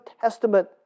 Testament